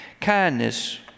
Kindness